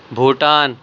Bhutan